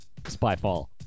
Spyfall